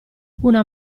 una